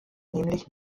nämlich